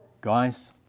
Guys